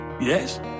yes